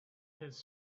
his